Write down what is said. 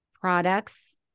products